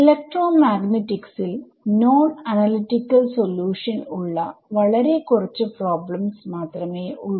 ഇലക്ട്രോമാഗ്നെറ്റിക്സി ൽ non analytical solution ഉള്ള വളരെ കുറച്ചു പ്രോബ്ലെംസ് മാത്രമേ ഉള്ളൂ